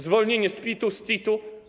Zwolnienie z PIT-u, z CIT-u.